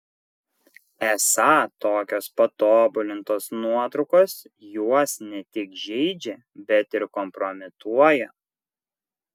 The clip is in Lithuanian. esą tokios patobulintos nuotraukos juos ne tik žeidžia bet ir kompromituoja